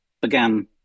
began